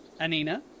anina